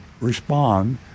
respond